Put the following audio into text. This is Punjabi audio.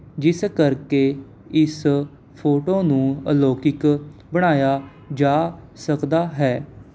ਜਿਸ ਕਰਕੇ ਇਸ ਫੋਟੋ ਨੂੰ ਅਲੌਕਿਕ ਬਣਾਇਆ ਜਾ ਸਕਦਾ ਹੈ